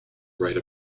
write